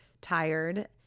tired